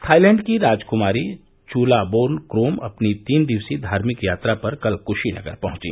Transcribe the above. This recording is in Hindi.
थाईलैंड की राजकुमारी चुलाबोर्न क्रोम अपनी तीन दिवसीय धार्मिक यात्रा पर कल कुशीनगर पहुंची